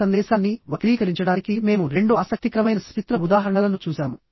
ఒక సందేశాన్ని వక్రీకరించడానికి మేము రెండు ఆసక్తికరమైన సచిత్ర ఉదాహరణలను చూశాము